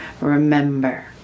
Remember